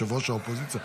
ראש האופוזיציה,